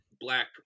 black